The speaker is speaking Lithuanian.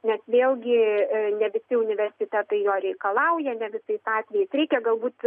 nes vėlgi ne visi universitetai jo reikalauja ne visais atvejais reikia galbūt